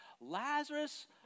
Lazarus